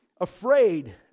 afraid